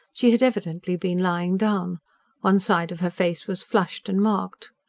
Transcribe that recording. she had evidently been lying down one side of her face was flushed and marked.